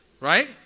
Right